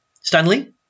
Stanley